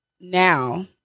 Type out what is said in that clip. now